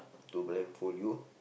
to blindfold you